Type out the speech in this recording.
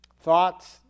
thoughts